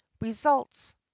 results